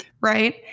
right